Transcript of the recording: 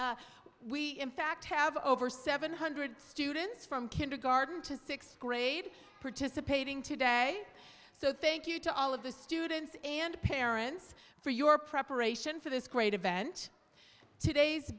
afternoon we in fact have over seven hundred students from kindergarten to sixth grade participating today so thank you to all of the students and parents for your preparation for this great event today's